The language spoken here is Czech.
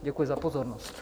Děkuji za pozornost.